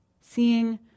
Seeing